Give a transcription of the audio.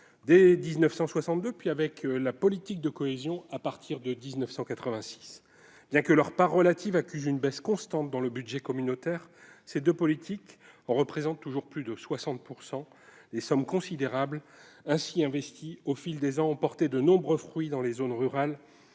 sociale et territoriale, à partir de 1986. Bien que leur part relative accuse une baisse constante dans le budget communautaire, ces deux politiques en représentent toujours plus de 60 %. Les sommes considérables ainsi investies au fil des ans ont porté de nombreux fruits, dont les zones rurales